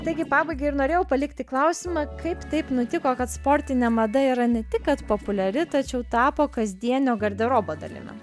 taigi pabaigai ir norėjau palikti klausimą kaip taip nutiko kad sportinė mada yra ne tik kad populiari tačiau tapo kasdienio garderobo dalimi